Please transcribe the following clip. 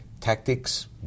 tactics